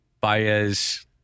Baez